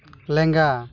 ᱞᱮᱸᱜᱟ